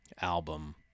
album